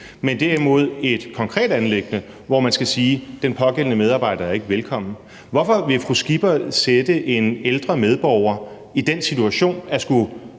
men derimod et konkret anliggende, hvor man skal sige, at den pågældende medarbejder ikke er velkommen? Hvorfor vil fru Pernille Skipper sætte en ældre medborger i den situation at skulle